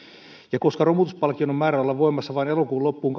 koska romutuspalkkion on määrä olla voimassa vain elokuun loppuun